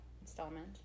installment